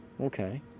Okay